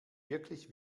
wirklich